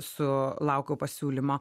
su laukiau pasiūlymo